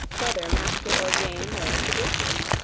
whether master or dame wears the breeches.